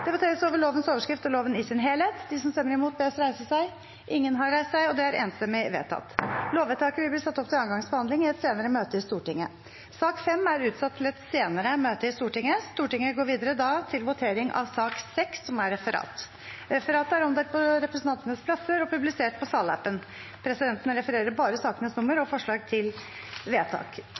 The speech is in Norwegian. Det voteres over lovens overskrift og loven i sin helhet. Lovvedtaket vil bli ført opp til andre gangs behandling i et senere møte i Stortinget. Sak nr. 5 er utsatt til et senere møte i Stortinget. Dermed er dagens kart ferdigbehandlet. Forlanger noen ordet før møtet heves? – Møtet er